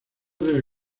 debe